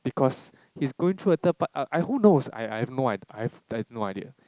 because he's going through a third par~ who knows I I have no idea I I have no idea